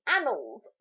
annals